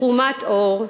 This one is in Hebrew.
שחומת עור,